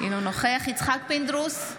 אינו נוכח יצחק פינדרוס,